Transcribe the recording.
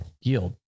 yield